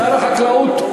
שר החקלאות.